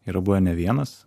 yra buvę ne vienas